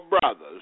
brothers